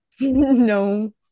No